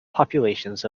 populations